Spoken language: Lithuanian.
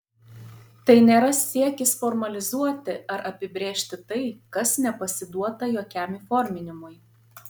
tai nėra siekis formalizuoti ar apibrėžti tai kas nepasiduota jokiam įforminimui